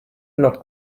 not